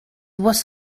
was